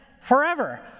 forever